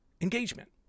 Engagement